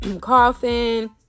coughing